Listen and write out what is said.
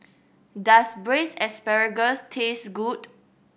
does Braised Asparagus taste good